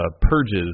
purges